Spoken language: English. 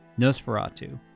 Nosferatu